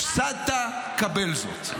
הפסדת, קבל זאת.